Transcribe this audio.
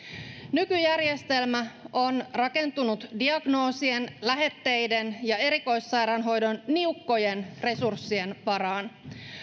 nykyjärjestelmä on rakentunut diagnoosien lähetteiden ja erikoissairaanhoidon niukkojen resurssien varaan